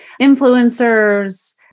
influencers